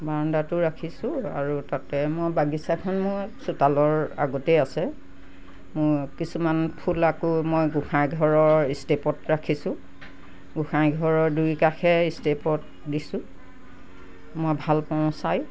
বাৰাণ্ডাটো ৰাখিছোঁ আৰু তাতে মই বাগিচাখন মোৰ চোতালৰ আগতে আছে মোৰ কিছুমান ফুল আকৌ মই গোসাঁই ঘৰৰ ষ্টেপত ৰাখিছোঁ গোসাঁই ঘৰৰ দুয়ো কাষে ষ্টেপত দিছোঁ মই ভালপাঁও চাই